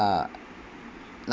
uh li~